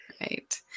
Right